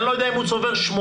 אני לא יודע אם הוא צובר 18,